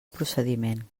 procediment